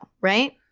Right